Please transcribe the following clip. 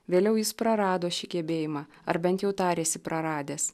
vėliau jis prarado šį gebėjimą ar bent jau tarėsi praradęs